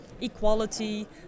equality